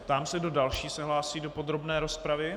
Ptám se, kdo další se hlásí do podrobné rozpravy.